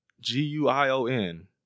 G-U-I-O-N